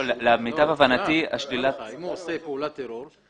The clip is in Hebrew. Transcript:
אם הוא עושה פעולת טרור,